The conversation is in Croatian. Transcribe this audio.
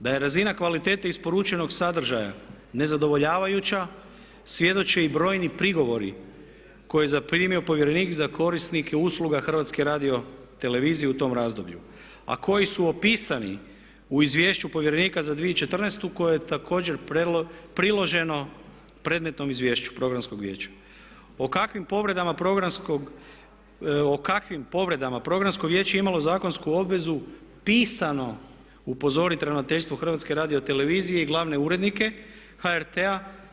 Da je razina kvalitete isporučenog sadržaja nezadovoljavajuća svjedoče i brojni prigovori koje je zaprimio povjerenik za korisnike usluga HRT-a u tom razdoblju a koji su opisani u Izvješću povjerenika za 2014. koje je također priloženo predmetnom izvješću programskog vijeća o kakvim povredama programsko vijeće je imalo zakonsku obvezu pisano upozoriti ravnateljstvo HRT-a i glavne urednike HRT-a.